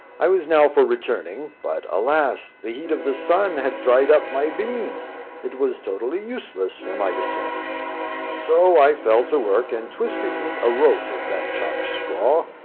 i was now for returning but, alas! the heat of the sun had dried up my bean it was totally useless for my descent so i fell to work, and twisted me a rope of that chopped straw,